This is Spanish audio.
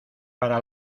para